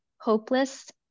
hopeless